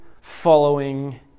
following